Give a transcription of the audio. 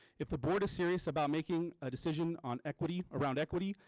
if the board are serious about making a decision on equity around equity.